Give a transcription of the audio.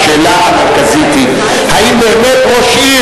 השאלה המרכזית היא: האם באמת ראש עיר